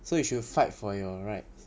so you should fight for your right